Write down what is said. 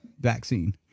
vaccine